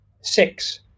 six